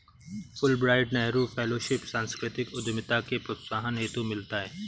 Fulbright Nehru fellowship सांस्कृतिक उद्यमिता के प्रोत्साहन हेतु मिलता है